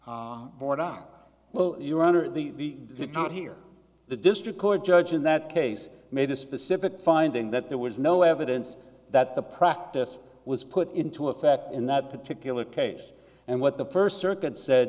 oregon well your honor the count here the district court judge in that case made a specific finding that there was no evidence that the practice was put into effect in that particular case and what the first circuit said